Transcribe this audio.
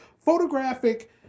photographic